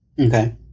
Okay